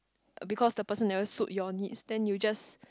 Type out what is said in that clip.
because the person never suit you needs then you just